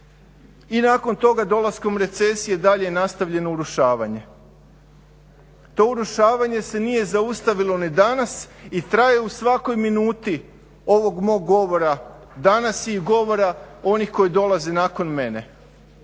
i nakon toga dolaskom recesije dalje nastavljeno urušavanje. To urušavanje se nije zaustavilo ni danas i traje u svakoj minuti ovog mog govora danas i govora onih koji dolaze nakon mene.